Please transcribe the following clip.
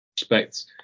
respects